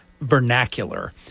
vernacular